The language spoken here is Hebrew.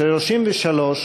33,